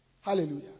Hallelujah